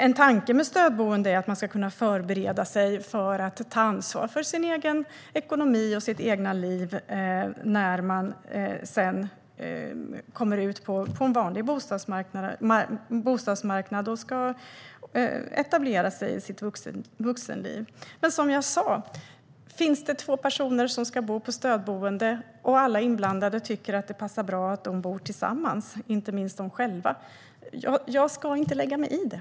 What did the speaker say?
En tanke med stödboende är alltså att man ska kunna förbereda sig för att ta ansvar för sin egen ekonomi och sitt eget liv när man sedan kommer ut på en vanlig bostadsmarknad och ska etablera sig i sitt vuxenliv. Men som jag sa: Finns det två personer som ska bo på stödboende och alla inblandade tycker att det passar bra att de bor tillsammans, inte minst de själva, ska jag inte lägga mig i det.